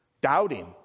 doubting